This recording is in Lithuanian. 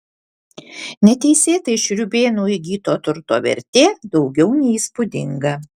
neteisėtai šriūbėnų įgyto turto vertė daugiau nei įspūdinga